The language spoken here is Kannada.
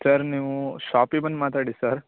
ಸರ್ ನೀವು ಷಾಪಿಗೆ ಬಂದು ಮಾತಾಡಿ ಸರ್